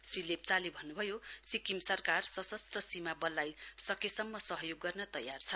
श्री लेप्चाले भन्नुभयो सिक्किम सरकार सशस्त्र सीमा बललाई सकेसम्म सहयोग गर्न तयार छ